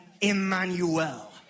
Emmanuel